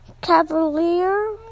Cavalier